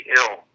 ill